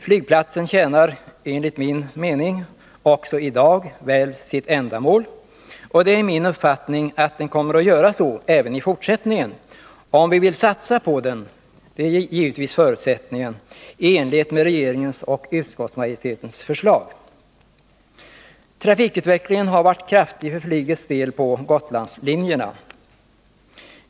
Flygplatsen tjänar enligt min mening också i dag väl sitt ändamål, och det är , min uppfattning att den kommer att göra det även i fortsättningen, om vi vill satsa på den — men det är givetvis en förutsättning — i enlighet med regeringens och utskottsmajoritetens förslag. Trafikutvecklingen har varit kraftig för flygets del på Gotlandslinjerna.